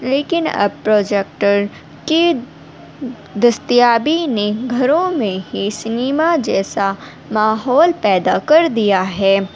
لیکن اب پروجیکٹر کی دستیابی نے گھروں میں ہی سنیما جیسا ماحول پیدا کر دیا ہے